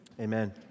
amen